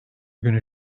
günü